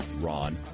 Ron